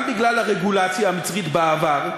גם בגלל הרגולציה המצרית בעבר,